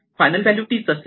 final value तीचअसते